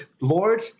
Lord